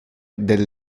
del